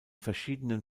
verschiedenen